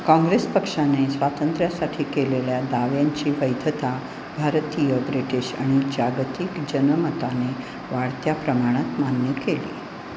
काँग्रेस पक्षाने स्वातंत्र्यासाठी केलेल्या दाव्यांची वैधता भारतीय ब्रिटिश आणि जागतिक जनमताने वाढत्या प्रमाणात मान्य केली